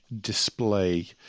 display